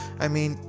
i mean,